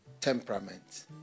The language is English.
temperament